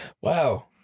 wow